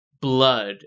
blood